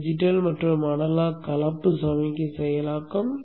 digital மற்றும் analogue கலப்பு சமிக்ஞை செயலாக்கம்